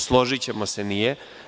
Složićemo se, nije.